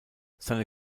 seine